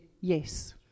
yes